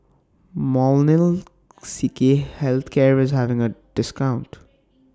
Molnylcke Health Care IS having A discount